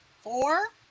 Four